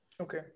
Okay